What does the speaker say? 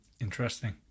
Interesting